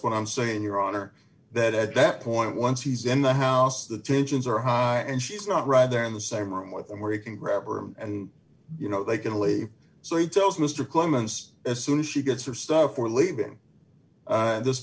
what i'm saying your honor that at that point once he's in the house the tensions are high and she's not right there in the same room with him where he can grab or and you know they can leave so he tells mr clements as soon as she gets her stuff or leaving this